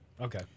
okay